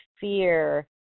fear